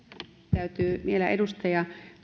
täytyy vielä edustaja